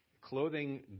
clothing